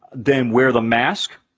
then wear the mask.